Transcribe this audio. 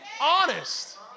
Honest